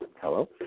Hello